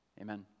amen